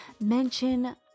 mention